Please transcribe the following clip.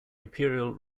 imperial